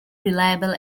reliable